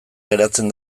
geratzen